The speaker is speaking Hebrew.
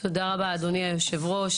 תודה רבה, אדוני יושב הראש.